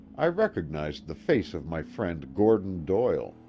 i recognized the face of my friend gordon doyle,